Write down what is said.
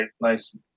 nice